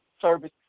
service